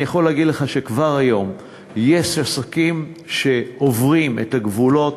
אני יכול להגיד לך שכבר היום יש עסקים שעוברים את הגבולות,